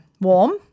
warm